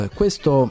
questo